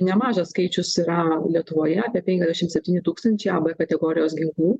nemažas skaičius yra lietuvoje apie penkiasdešim septyni tūkstančiai a b kategorijos ginklų